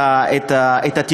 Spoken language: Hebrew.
לא "בעלי מוגבלויות".